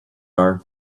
are